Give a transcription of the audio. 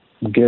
get